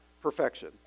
perfection